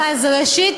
אז ראשית,